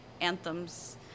anthems